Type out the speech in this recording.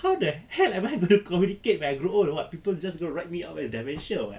how the heck am I gonna communicate when I grow old what people just gonna write me up as dementia or what